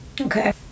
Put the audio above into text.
Okay